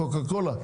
קוקה קולה,